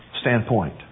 standpoint